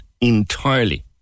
entirely